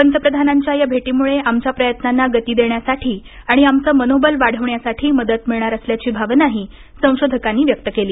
पंतप्रधानांच्या या भेटीमुळे आमच्या प्रयत्नांना गती देण्यासाठी आणि आमचं मनोबल वाढविण्यासाठी मदत मिळणार असल्याची भावनाही संशोधकांनी व्यक्त केली